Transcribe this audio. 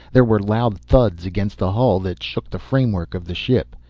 there were loud thuds against the hull that shook the framework of the ship.